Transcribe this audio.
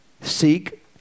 Seek